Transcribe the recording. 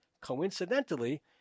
coincidentally